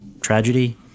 tragedy